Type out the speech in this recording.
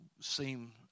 seem